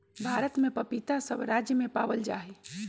भारत में पपीता सब राज्य में पावल जा हई